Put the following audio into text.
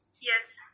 Yes